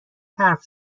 حرف